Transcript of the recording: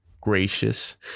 gracious